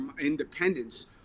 independence